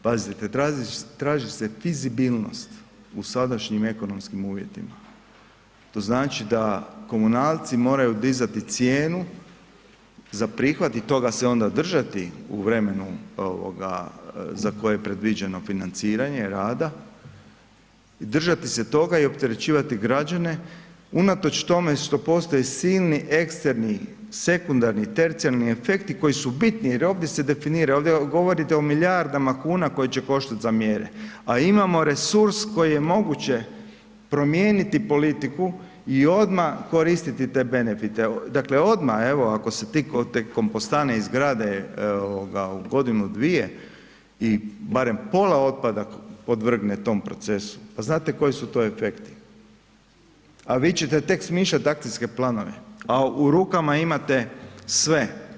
Pazite, traži se fizibilnost u sadašnjim ekonomskim uvjetima, to znači da komunalci moraju dizati cijenu za prihvat i toga se onda držati u vremenu ovoga za koje je predviđeno financiranje rada, držati se toga i opterećivati građane unatoč tome što postoje silni eksterni sekundarni i tercijarni efekti koji su bitni jer ovdje se definira jer ovdje govorite o milijardama kuna koje će koštat za mjere, a imamo resurs koji je moguće, promijeniti politiku i odmah koristiti te benefite, dakle odmah evo ako se te kompostane izgrade ovoga u godinu, dvije i barem pola otpada podvrgne tom procesu, pa znate koji su to efekti, a vi ćete tek smišljat akcijske planove, a u rukama imate sve.